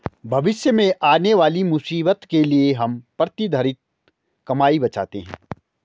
भविष्य में आने वाली मुसीबत के लिए हम प्रतिधरित कमाई बचाते हैं